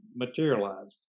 materialized